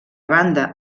banda